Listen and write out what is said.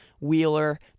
Wheeler